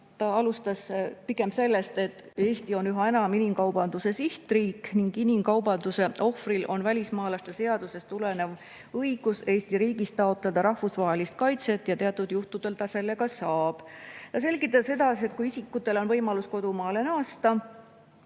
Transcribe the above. vastas sellele, et Eesti on üha enam inimkaubanduse sihtriik ning inimkaubanduse ohvril on välismaalaste seadusest tulenev õigus Eesti riigis taotleda rahvusvahelist kaitset ja teatud juhtudel ta selle ka saab. Ta selgitas edasi, et kui isikutel on võimalus kodumaale naasta,